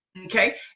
Okay